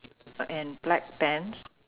uh and black pants